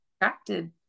attracted